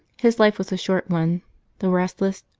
his life was a short one the restless,